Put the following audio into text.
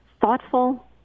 thoughtful